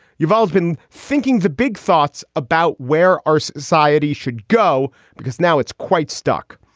you've always been thinking the big thoughts about where our society should go, because now it's quite stuck.